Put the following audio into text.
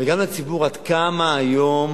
וגם לציבור, עד כמה היום